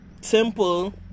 Simple